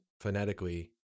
phonetically